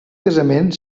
casament